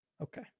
Okay